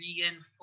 reinforce